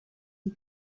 die